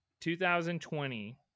2020